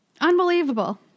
Unbelievable